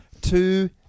Two